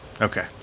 Okay